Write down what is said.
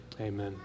Amen